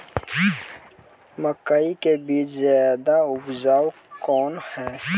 मकई के बीज ज्यादा उपजाऊ कौन है?